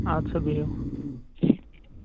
اَدٕ سا بِہِو